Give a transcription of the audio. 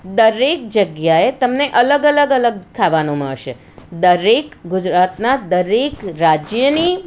દરેક જગ્યાએ તમને અલગ અલગ અલગ ખાવાનું મળશે દરેક ગુજરાતનાં દરેક રાજ્યની